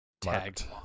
tagged